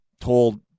told